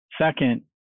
Second